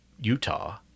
utah